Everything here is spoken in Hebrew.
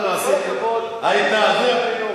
עם כל הכבוד, אל תתנשא עלינו.